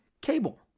Cable